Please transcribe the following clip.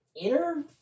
inner